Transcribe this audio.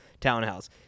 townhouse